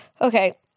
Okay